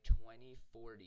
2040